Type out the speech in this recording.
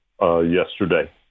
yesterday